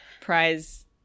prize